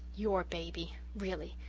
your baby! really,